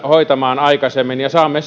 hoitamaan aikaisemmin ja saamme